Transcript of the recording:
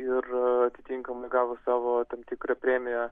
ir atitinkamai gavo savo tam tikrą premiją